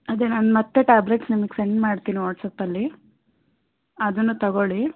ಅದೇ ನಾನು ಮತ್ತೆ ಟ್ಯಾಬ್ಲೆಟ್ಸ್ ನಿಮ್ಗೆ ಸೆಂಡ್ ಮಾಡ್ತೀನಿ ವಾಟ್ಸ್ಯಾಪಲ್ಲಿ ಅದನ್ನು ತಗೊಳ್ಳಿ